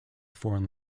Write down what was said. foreign